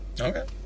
Okay